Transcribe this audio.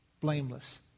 blameless